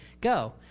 go